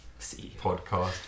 podcast